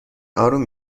آروم